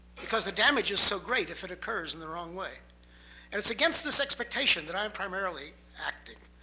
because the damage is so great if it occurs in the wrong way. and it's against this expectation that i'm primarily acting.